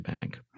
Bank